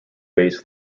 based